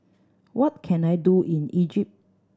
what can I do in Egypt